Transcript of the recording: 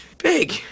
Big